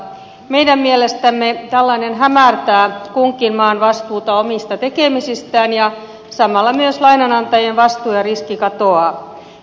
meidän mielestämme tällainen hämärtää kunkin maan vastuuta omista tekemisistään ja samalla myös lainanantajien vastuu ja riski katoaa